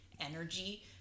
energy